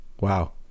Wow